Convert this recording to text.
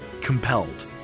Compelled